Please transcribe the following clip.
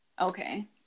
Okay